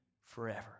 forever